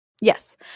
Yes